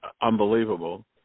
unbelievable